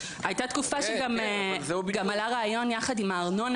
הייתה תקופה שגם עלה איזה שהוא רעיון לשים עלון קצר ביחד עם הארנונה,